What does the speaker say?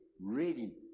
ready